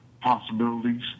possibilities